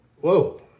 Whoa